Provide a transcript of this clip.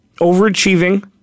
overachieving